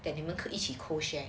that 你们可一起 share